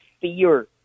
fear